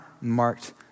marked